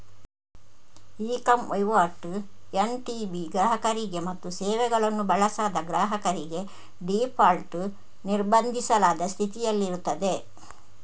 E com ವಹಿವಾಟು NTB ಗ್ರಾಹಕರಿಗೆ ಮತ್ತು ಸೇವೆಗಳನ್ನು ಬಳಸದ ಗ್ರಾಹಕರಿಗೆ ಡೀಫಾಲ್ಟ್ ನಿರ್ಬಂಧಿಸಲಾದ ಸ್ಥಿತಿಯಲ್ಲಿರುತ್ತದೆ